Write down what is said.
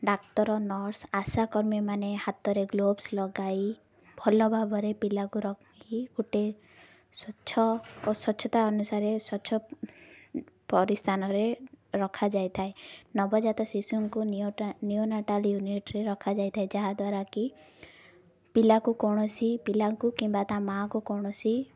ଡାକ୍ତର nurse ଆଶା କର୍ମୀମାନେ ହାତରେ ଗ୍ଲୋଭ୍ସ ଲଗାଇ ଭଲ ଭାବରେ ପିଲାକୁ ରଖି ଗୋଟେ ସ୍ୱଚ୍ଛ ଓ ସ୍ୱଚ୍ଛତା ଅନୁସାରେ ସ୍ୱଚ୍ଛ ପରିସ୍ଥାନ ରେ ରଖାଯାଇଥାଏ ନବଜାତ ଶିଶୁଙ୍କୁ ନିୟୋନାଟାଲ ୟୁନିଟ୍ରେ ରଖାଯାଇଥାଏ ଯାହାଦ୍ୱାରା କି ପିଲାକୁ କୌଣସି ପିଲାଙ୍କୁ କିମ୍ବା ତା ମାଆକୁ କୌଣସି